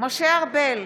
משה ארבל,